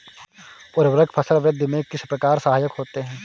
उर्वरक फसल वृद्धि में किस प्रकार सहायक होते हैं?